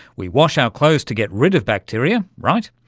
we wash our clothes to get rid of bacteria, right?